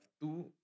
two